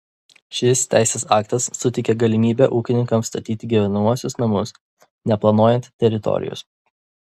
šis teisės aktas suteikia galimybę ūkininkams statyti gyvenamuosius namus neplanuojant teritorijos